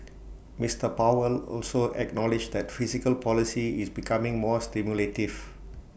Mister powell also acknowledged that fiscal policy is becoming more stimulative